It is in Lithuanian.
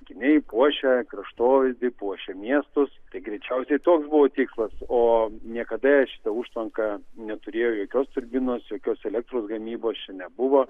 tvenkiniai puošia kraštovaizdį puošia miestus tai greičiausiai toks buvo tikslas o niekada šita užtvanka neturėjo jokios turbinos jokios elektros gamybos čia nebuvo